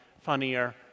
funnier